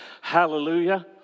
Hallelujah